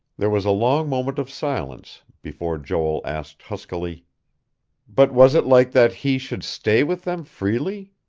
there was a long moment of silence before joel asked huskily but was it like that he should stay with them freely?